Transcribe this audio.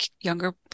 younger